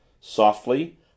Softly